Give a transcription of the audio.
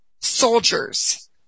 soldiers